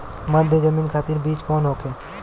मध्य जमीन खातिर बीज कौन होखे?